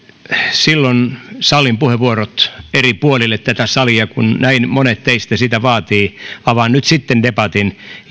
silloin sallin puheenvuorot eri puolille tätä salia kun näin monet teistä sitä vaativat avaan nyt sitten debatin